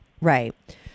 Right